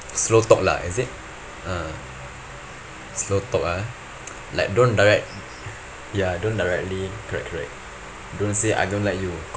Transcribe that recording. slow talk lah is it ah slow talk ah like don't direct ya don't directly correct correct don't say I don't like you